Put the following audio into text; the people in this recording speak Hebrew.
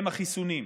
הוא החיסונים.